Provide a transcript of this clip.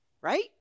right